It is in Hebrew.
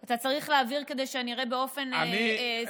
אתה צריך להעביר כדי שאני אראה באופן ספציפי,